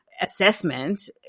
assessment